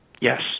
Yes